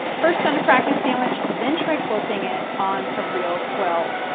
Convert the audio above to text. first on a practice sandwich, then try quilting it on a real quilt.